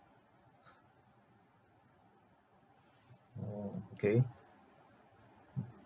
orh okay